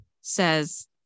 says